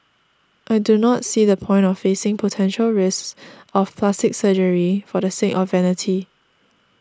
I do not see the point of facing potential risks of plastic surgery for the sake of vanity